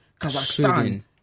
Kazakhstan